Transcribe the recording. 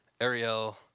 Ariel